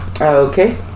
Okay